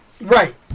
Right